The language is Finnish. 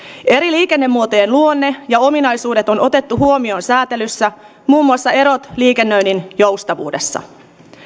eri liikennemuotojen luonne ja ominaisuudet on otettu huomioon säätelyssä muun muassa erot liikennöinnin joustavuudessa